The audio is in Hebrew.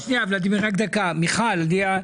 מיכל,